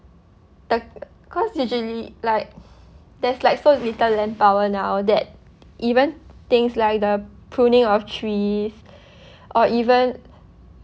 the cause usually like that's like so little manpower now that even things like the pruning of trees or even